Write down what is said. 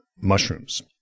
mushrooms